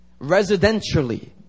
residentially